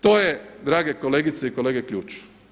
To je drage kolegice i kolege ključ.